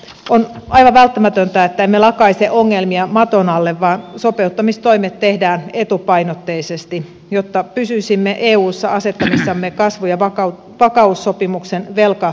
on aivan välttämätöntä että emme lakaise ongelmia maton alle vaan sopeuttamistoimet tehdään etupainotteisesti jotta pysyisimme eussa asettamissamme kasvu ja vakaussopimuksen velkaraameissa